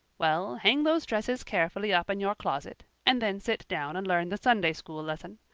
well, hang those dresses carefully up in your closet, and then sit down and learn the sunday school lesson.